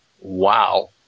Wow